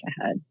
ahead